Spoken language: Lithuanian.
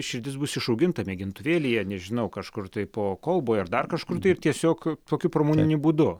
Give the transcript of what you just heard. širdis bus išauginta mėgintuvėlyje nežinau kažkur taipo kolboj ar dar kažkur tai ir tiesiog kokiu pramoniniu būdu